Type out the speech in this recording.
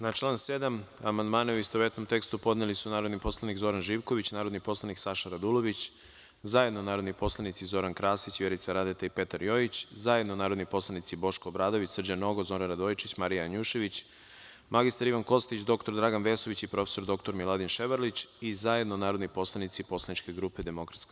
Na član 7. amandmane, u istovetnom tekstu, podneli su narodni poslanik Zoran Živković, narodni poslanik Saša Radulović, zajedno narodni poslanici Zoran Krasić, Vjerica Radeta i Petar Jojić, zajedno narodni poslanici Boško Obradović, Srđan Nogo, Zoran Radojičić, Marija Janjušević, mr Ivan Kostić, dr Dragan Vesović i prof. dr Miladin Ševarlić i zajedno narodni poslanici Poslaničke grupe DS.